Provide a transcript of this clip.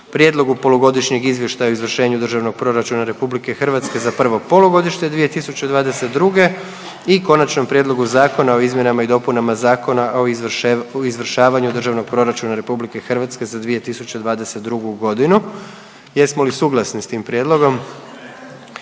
Prijedlogu polugodišnjeg izvještaja o izvršenju Državnog proračuna Republike Hrvatske za prvo polugodište 2022. godine i - Konačnom prijedlogu zakona o izmjenama i dopunama Zakona o izvršavanju Državnog proračuna Republike Hrvatske za 2022. godinu, drugo čitanje, P.Z. br. 408. Jesmo li suglasni s tim prijedlogom?